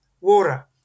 water